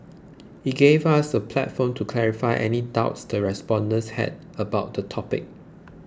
it gave us a platform to clarify any doubts the respondents had about the topic